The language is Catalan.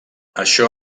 això